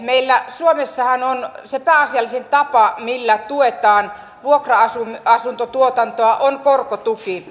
meillä suomessahan se pääasiallisin tapa millä tuetaan vuokra asuntotuotantoa on korkotuki